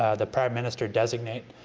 ah the prime minister designate,